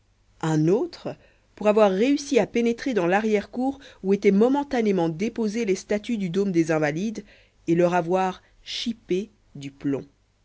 un autre pour avoir réussi à pénétrer dans larrière cour où étaient momentanément déposées les statues du dôme des invalides et leur avoir chipé du plomb